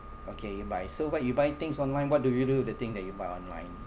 okay you buy so what you buy things online what do you do with the thing that you buy online